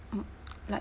uh like